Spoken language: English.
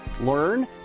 learn